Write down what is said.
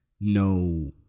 no